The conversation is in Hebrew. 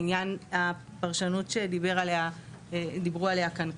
לעניין הפרשנות שדיברו עליה כאן קודם,